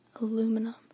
aluminum